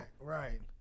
right